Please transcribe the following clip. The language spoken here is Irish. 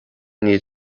níl